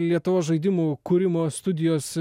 lietuvos žaidimų kūrimo studijos